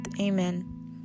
Amen